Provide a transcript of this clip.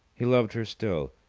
he loved her still.